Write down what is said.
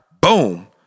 boom